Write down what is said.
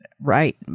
Right